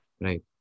Right